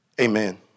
Amen